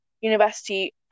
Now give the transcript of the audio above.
university